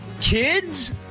Kids